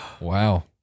wow